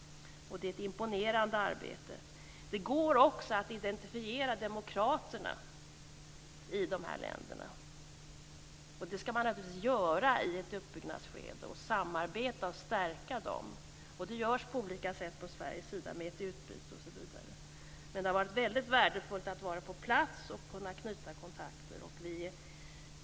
Det är ett imponerande arbete. Det går också att identifiera demokraterna i dessa länder. Och det ska man också göra i ett uppbyggnadsskede och samarbeta och stärka dem. Det görs på olika från Sveriges sida med ett utbyte osv. Det har varit väldigt värdefullt att ha varit på plats och kunnat knyta kontakter.